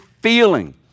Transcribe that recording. feeling